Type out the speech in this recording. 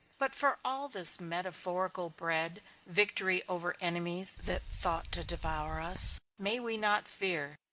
but for all this metaphorical bread, victory over enemies that thought to devour us, may we not fear,